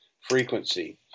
frequency